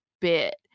bit